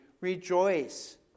Rejoice